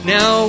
Now